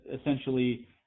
essentially